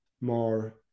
more